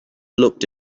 looked